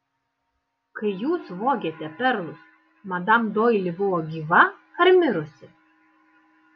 kai jūs vogėte perlus madam doili buvo gyva ar mirusi